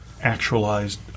actualized